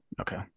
Okay